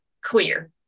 clear